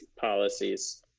policies